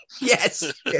yes